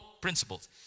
principles